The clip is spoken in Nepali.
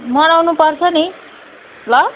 मनाउनु पर्छ नि ल